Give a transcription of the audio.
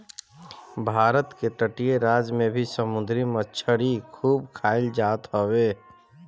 भारत के तटीय राज में भी समुंदरी मछरी खूब खाईल जात हवे